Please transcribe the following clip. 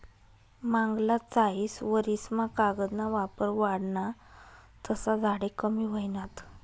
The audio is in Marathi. मांगला चायीस वरीस मा कागद ना वापर वाढना तसा झाडे कमी व्हयनात